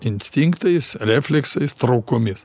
instinktais refleksais traukomis